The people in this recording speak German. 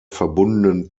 verbundenen